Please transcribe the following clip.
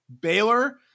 Baylor